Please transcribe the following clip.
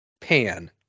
pan